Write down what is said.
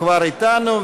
כבר אתנו,